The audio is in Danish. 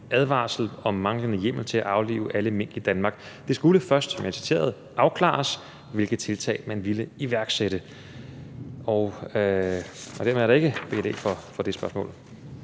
advarsel om manglende hjemmel til at aflive alle mink i Danmark. Det skulle først, som jeg citerede, afklares, hvilke tiltag man ville iværksætte. Og dermed er der ikke belæg for det spørgsmål.